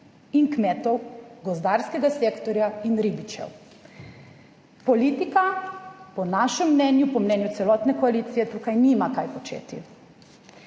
in kmetov, gozdarskega sektorja in ribičev. Politika po našem mnenju, po mnenju celotne koalicije tukaj nima kaj početi,